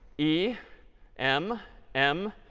e m m